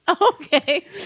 okay